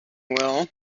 will